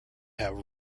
have